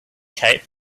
cape